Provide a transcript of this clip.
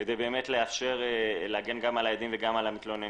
כדי לאפשר להגן גם על העדים וגם על המתלוננים.